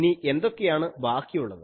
ഇനി എന്തൊക്കെയാണ് ബാക്കിയുള്ളത്